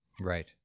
Right